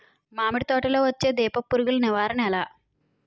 మామిడి తోటలో వచ్చే దీపపు పురుగుల నివారణ ఎలా?